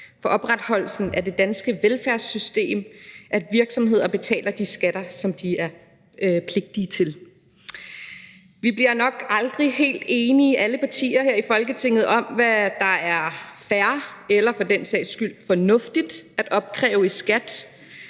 for opretholdelsen af det danske velfærdssystem, at virksomheder betaler de skatter, som de er pligtige til. Vi bliver nok aldrig i alle partier her i Folketinget helt enige om, hvad der er fair eller for den sags skyld fornuftigt at opkræve i skat,